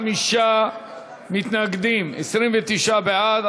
45 מתנגדים, 29 בעד.